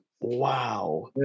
Wow